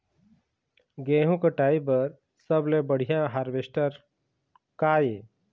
गेहूं कटाई बर सबले बढ़िया हारवेस्टर का ये?